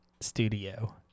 Studio